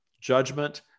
judgment